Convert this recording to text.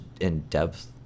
in-depth